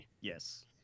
Yes